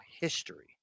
history